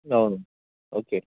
అవును ఓకే